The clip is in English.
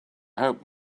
hope